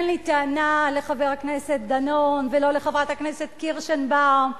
אין לי טענה לחבר הכנסת דנון ולא לחברת הכנסת קירשנבאום,